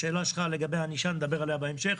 על השאלה שלך לגבי הענישה נדבר בהמשך.